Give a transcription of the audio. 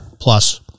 plus